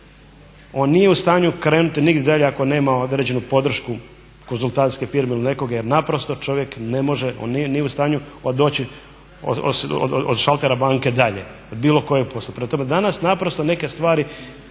on nije u stanju krenuti nigdje dalje ako nema određenu podršku konzultantske firme ili nekoga jer naprosto čovjek ne može, on nije u stanju doći od šaltera banke dalje u bilo kojem poslu. Prema tome, danas naprosto neke stvari